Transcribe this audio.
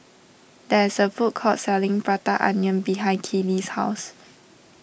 there is a food court selling Prata Onion behind Keely's house